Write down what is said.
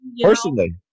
personally